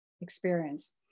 experience